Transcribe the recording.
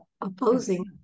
opposing